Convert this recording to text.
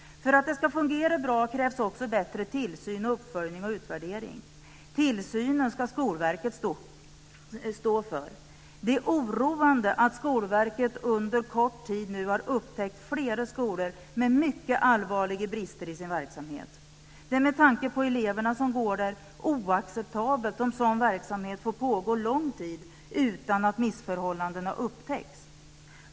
För att det ska fungera bra krävs också bättre tillsyn, uppföljning och utvärdering. Tillsynen ska Skolverket stå för. Det är oroande att Skolverket nu under kort tid har upptäckt flera skolor med mycket allvarliga brister i sin verksamhet. Det är med tanke på eleverna som går där oacceptabelt om sådan verksamhet får pågå lång tid utan att missförhållandena upptäcks.